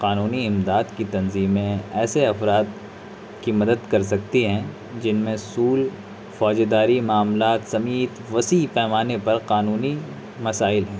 قانونی امداد کی تنظیمیں ایسے افراد کی مدد کر سکتی ہیں جن میں سول فوجداری معاملات سمیت وسیع پیمانے پر قانونی مسائل